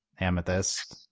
Amethyst